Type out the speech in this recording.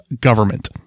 government